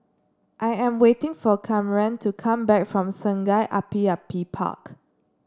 I am waiting for Kamren to come back from Sungei Api Api Park